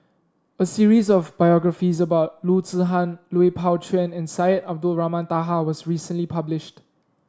a series of biographies about Loo Zihan Lui Pao Chuen and Syed Abdulrahman Taha was recently published